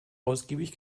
ausgiebig